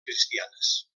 cristianes